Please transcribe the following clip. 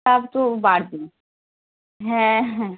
সব তো বাড়বে হ্যাঁ হ্যাঁ